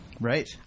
Right